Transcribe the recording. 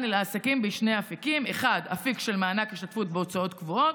לעסקים בשני אפיקים: האחד אפיק של מענק השתתפות בהוצאות קבועות,